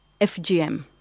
FGM